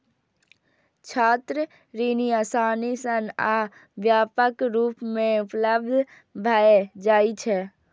छात्र ऋण आसानी सं आ व्यापक रूप मे उपलब्ध भए जाइ छै